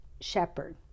shepherd